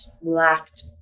lacked